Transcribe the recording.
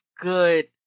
good